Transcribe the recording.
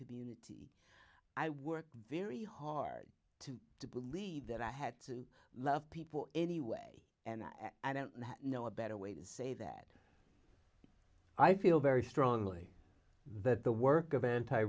and i worked very hard to believe that i had to love people anyway and i don't know a better way to say that i feel very strongly that the work of anti